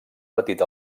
petit